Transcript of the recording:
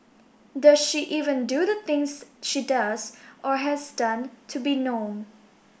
does she even do the things she does or has done to be known